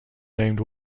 named